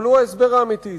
אבל הוא ההסבר האמיתי.